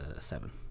seven